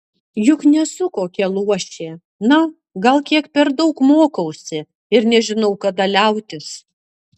juk nesu kokia luošė na gal kiek per daug mokausi ir nežinau kada liautis